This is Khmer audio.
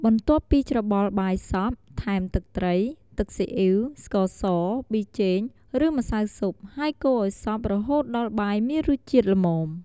បន្ទាប់ពីច្របល់បាយសព្វ ថែមទឹកត្រី ទឹកស៊ីអ៊ីវ ស្ករស ប៊ីចេង ឫ ម្សៅស៊ុប ហើយកូរឱ្យសព្វ រហូតដល់បាយមានរសជាតិល្មម។